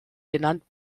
genannt